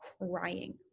crying